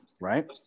right